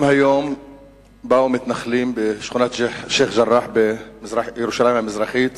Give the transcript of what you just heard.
גם היום באו מתנחלים לשכונת שיח'-ג'ראח בירושלים המזרחית